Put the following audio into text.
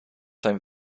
zijn